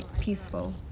peaceful